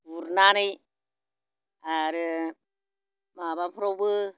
गुरनानै आरो माबाफोरावबो